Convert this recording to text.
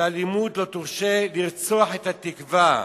שהאלימות לא תורשה לרצוח את התקווה.